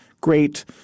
great